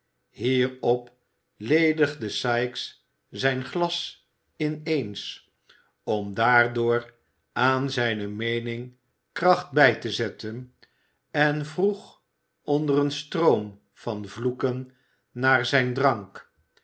hierop ledigde sikes zijn glas in eens om daardoor aan zijne meening kracht bij te zetten en vroeg onder een stroom van vloeken naar zijn drank